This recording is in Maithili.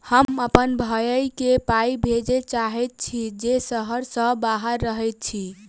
हम अप्पन भयई केँ पाई भेजे चाहइत छि जे सहर सँ बाहर रहइत अछि